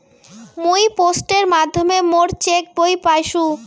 মুই পোস্টের মাধ্যমে মোর চেক বই পাইসু